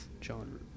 John